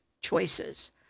choices